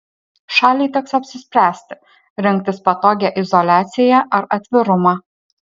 šaliai teks apsispręsti rinktis patogią izoliaciją ar atvirumą